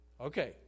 Okay